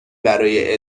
برای